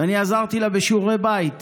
ואני עזרתי לה בשיעורי בית.